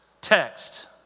text